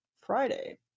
Friday